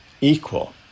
equal